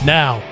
now